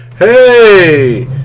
Hey